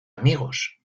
amigos